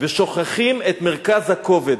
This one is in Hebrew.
ושוכחים את מרכז הכובד.